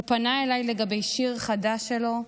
הוא פנה אליי לגבי שיר חדש שלו,